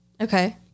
okay